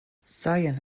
science